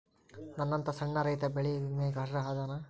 ನನ್ನಂತ ಸಣ್ಣ ರೈತಾ ಬೆಳಿ ವಿಮೆಗೆ ಅರ್ಹ ಅದನಾ?